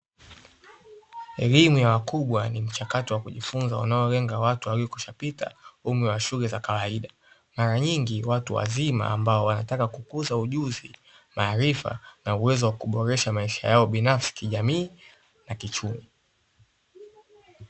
Elimu ya wakubwa ni mchakato wa kujifunza unaolenga watu waliokwishapita umri wa shule za kawaida, mara nyingi watu wazima ambao wanataka kukuza ujuzi, maarifa na uwezo wa kuboresha maisha yao binafsi kijamii na kiuchumi.